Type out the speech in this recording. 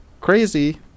crazy